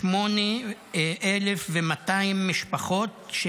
678,200 משפחות,